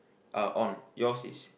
uh on yours is